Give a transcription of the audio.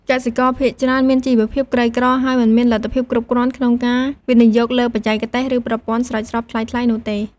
កសិករភាគច្រើនមានជីវភាពក្រីក្រ ហើយមិនមានលទ្ធភាពគ្រប់គ្រាន់ក្នុងការវិនិយោគលើបច្ចេកទេស ឬប្រព័ន្ធស្រោចស្រពថ្លៃៗនោះទេ។